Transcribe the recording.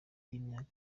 y’imyaka